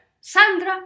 Sandra